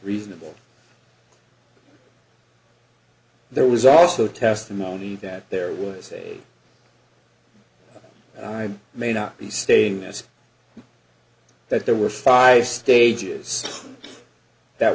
reasonable there was also testimony that there was a i may not be stating this that there were five stages that